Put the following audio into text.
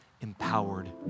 empowered